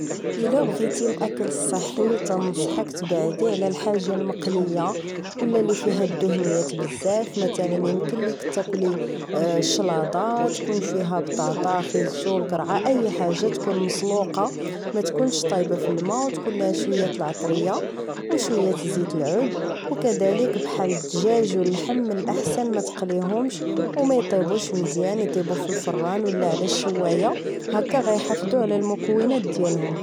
الا بغيتي الأكل الصحي تنصحك تبعدي على الحاجة المقلية ولا اللي فيها الذهنيات بزاف مثلا يمكن ليك تاكلي الشلاظة تكون فيها بطاطا خيزو الكرعة اي حاجة تكون مسلوقة ما تكونش طايبة فالما و تكون ليها شوية العطرية و شوية زيت العود و كذالك بحال الدجاج و اللحم من الاحسن ماتقليهمش و مايطيبوش مزيان اطيبو فالفران و لا على الشواية هكا غيحافظو على المكونات ديالهم